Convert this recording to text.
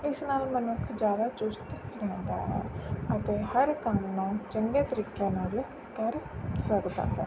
ਇਸ ਨਾਲ ਮਨੁੱਖ ਜ਼ਿਆਦਾ ਚੁਸਤ ਰਹਿੰਦਾ ਹੈ ਅਤੇ ਹਰ ਕੰਮ ਨੂੰ ਚੰਗੇ ਤਰੀਕੇ ਨਾਲ ਕਰ ਸਕਦਾ ਹੈ